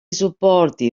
supporti